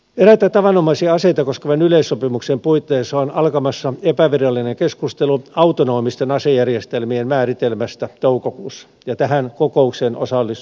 eräitä tavanomaisia aseita koskevan yleissopimuksen puitteissa on alkamassa epävirallinen keskustelu autonomisten asejärjestelmien määritelmästä toukokuussa ja tähän kokoukseen osallistumme